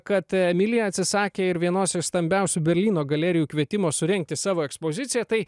kad emilija atsisakė ir vienos iš stambiausių berlyno galerijų kvietimo surengti savo ekspoziciją tai